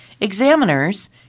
Examiners